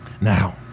now